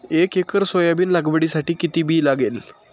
एक acre soybean लागवडीसाठी किती बी लागेल?